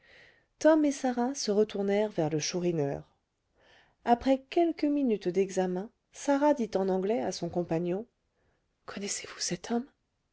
tom et sarah se retournèrent vers le chourineur après quelques minutes d'examen sarah dit en anglais à son compagnon connaissez-vous cet homme